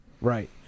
right